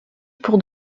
pour